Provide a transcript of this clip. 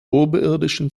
oberirdischen